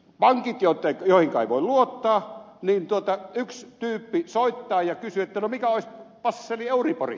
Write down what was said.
pankkeihin joihinka ei voi luottaa yksi tyyppi soittaa ja kysyy mikä olisi passeli euribori